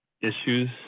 issues